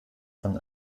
von